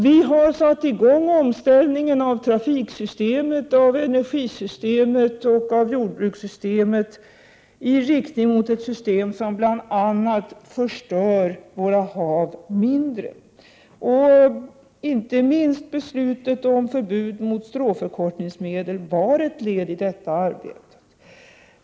Vi har påbörjat omställningen av trafiksystemet, av energisystemet och av jordbrukssystemet i riktning mot ett system som bl.a. förstör våra hav mindre. Inte minst beslutet om förbud mot stråförkortningsmedel var ett led i detta arbete.